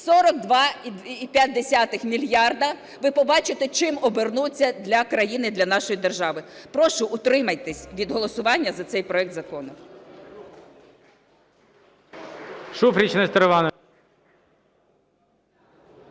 42,5 мільярда, ви побачите, чим обернуться для країни, для нашої держави. Прошу, утримайтесь від голосування за цей проект закону.